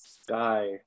sky